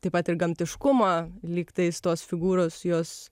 taip pat ir gamtiškumą lygtais tos figūros jos